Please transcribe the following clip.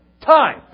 time